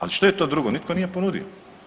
Ali što je to drugo, nitko nije ponudio.